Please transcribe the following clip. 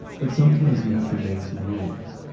but sometimes you have to make some rules.